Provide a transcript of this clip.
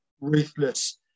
ruthless